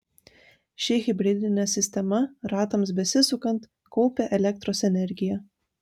ši hibridinė sistema ratams besisukant kaupia elektros energiją